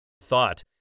thought